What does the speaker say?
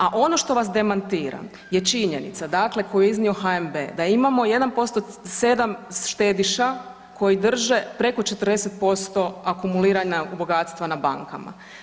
A ono što vas demantira je činjenica koju je iznio HNB da imamo 1% sedam štediša koji drže preko 40% akumulirana bogatstva na bankama.